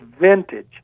vintage